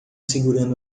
segurando